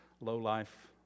low-life